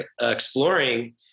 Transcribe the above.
exploring